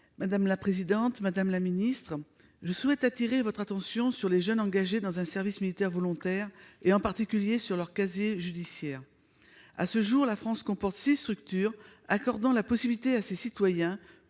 Madame la garde des sceaux, je souhaite attirer votre attention sur les jeunes engagés dans un service militaire volontaire- SMV - et en particulier sur leur casier judiciaire. À ce jour, la France comporte six structures accordant la possibilité à ces citoyens